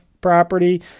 property